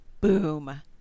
Boom